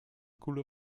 koele